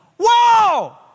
whoa